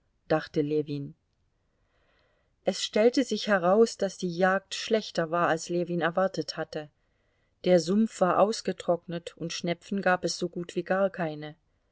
dachte ljewin es stellte sich heraus daß die jagd schlechter war als ljewin erwartet hatte der sumpf war ausgetrocknet und schnepfen gab es so gut wie gar keine